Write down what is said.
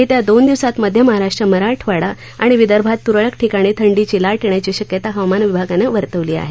येत्या दोन दिवसात मध्य महाराष्ट्र मराठवाडा आणि विदर्भात तुरळक ठिकाणी थंडीची लाट येण्याची शक्यता हवामान विभागानं वर्तवली आहे